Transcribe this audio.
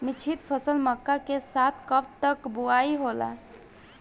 मिश्रित फसल मक्का के साथ कब तक बुआई होला?